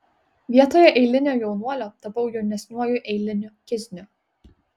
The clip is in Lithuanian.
vietoje eilinio jaunuolio tapau jaunesniuoju eiliniu kizniu